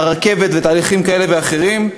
הרכבת ותהליכים כאלה ואחרים.